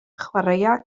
chwaraea